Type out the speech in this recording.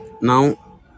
Now